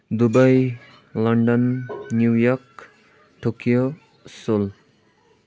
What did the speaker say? Dubai London New York Tokyo Seoul